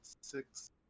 six